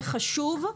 וחשוב,